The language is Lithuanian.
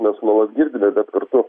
mes nuolat girdime bet kartu